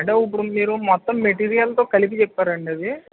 అంటే ఇప్పుడు మీరు మొత్తం మెటీరియల్తో కలిపి చెప్పారా అండి అది